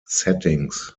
settings